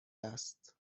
دست